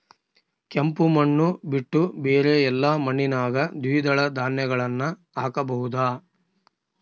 ಕೆಂಪು ಮಣ್ಣು ಬಿಟ್ಟು ಬೇರೆ ಎಲ್ಲಾ ಮಣ್ಣಿನಾಗ ದ್ವಿದಳ ಧಾನ್ಯಗಳನ್ನ ಹಾಕಬಹುದಾ?